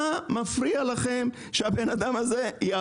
מה מפריע לכם שהוא יעבוד?